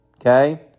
okay